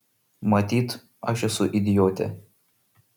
matyt aš esu idiotė